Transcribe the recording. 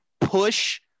push